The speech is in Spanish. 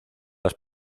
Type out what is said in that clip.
las